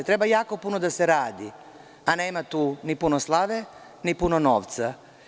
Treba jako puno da se radi, a nema tu ni puno slave, ni puno novca.